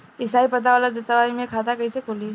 स्थायी पता वाला दस्तावेज़ से खाता कैसे खुली?